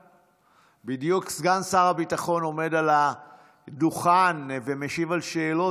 בדיוק סגן שר הביטחון עומד על הדוכן ומשיב על שאלות.